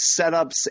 setups